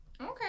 Okay